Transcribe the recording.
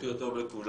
בוקר טוב לכולם.